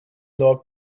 law